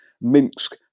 Minsk